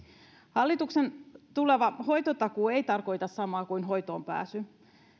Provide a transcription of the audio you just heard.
hallituksen tuleva hoitotakuu ei tarkoita samaa kuin hoitoonpääsy